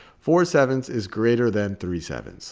four seven is greater than three seven.